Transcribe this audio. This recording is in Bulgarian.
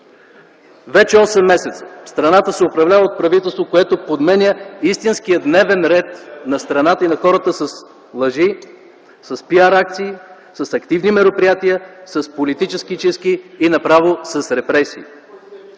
Вече осем месеца страната се управлява от правителство, което подменя истинския дневен ред на страната и на хората, с лъжи, с PR акции, с активни мероприятия, с политически чистки и направо с репресии.